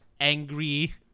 angry